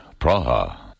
Praha